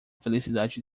felicidade